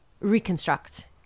reconstruct